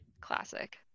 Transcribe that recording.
Classic